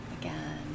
again